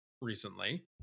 recently